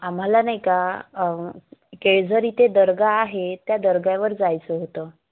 आम्हाला नाही का केळजर इथे दर्गा आहे त्या दर्ग्यावर जायचं होतं